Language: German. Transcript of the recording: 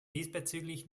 diesbezüglich